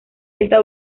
está